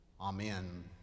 Amen